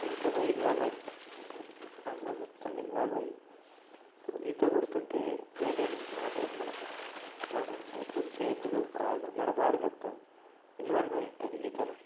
ఈతలో involve అయి ఉంటుంది అంటే అందులో మొత్తం ఇన్వాల్వ్ అయి ఈత కొడుతుంటే కొడుతు ఉంటే ఏమేమి అంటే మన ఎలా ఉంటుంది అంటే ఇప్పుడు చేతులు కాళ్ళు మన బాడీ మొత్తం ఇన్వాల్వ్ అయి ఉంటుంది ఈతలో